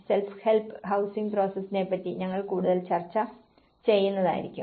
self help housing പ്രോസസിനേപ്പറ്റി ഞങ്ങൾ കൂടുതൽ ചർച്ച ചെയ്യുന്നതായിരിക്കും